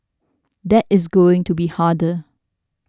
that is going to be harder